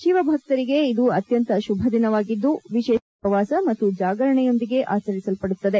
ಶಿವಭಕ್ತರಿಗೆ ಇದು ಅತ್ನಂತ ಶುಭ ದಿನವಾಗಿದ್ಲು ವಿಶೇಷ ಪೂಜೆ ಉಪವಾಸ ಮತ್ತು ಜಾಗರಣೆಯೊಂದಿಗೆ ಆಚರಿಸಲ್ಪಡುತ್ತದೆ